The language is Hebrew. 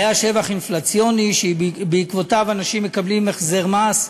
שבח אינפלציוני, שבעקבותיו אנשים מקבלים החזר מס,